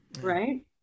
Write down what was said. Right